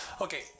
okay